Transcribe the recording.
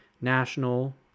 national